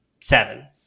seven